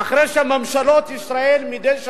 ואחרי שממשלות ישראל מדי שנה,